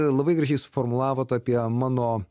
labai gražiai suformulavot apie mano